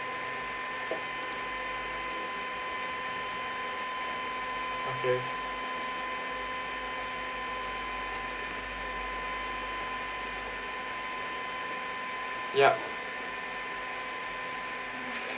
okay ya